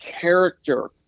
character